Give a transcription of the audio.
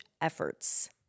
efforts